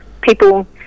people